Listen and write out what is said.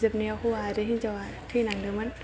जोबनायाव हौवा आरो हिनजावआ थैलांदोंमोन